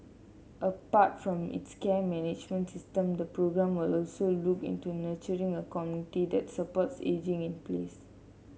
apart from its care management system the programme will also look into nurturing a community that supports ageing in place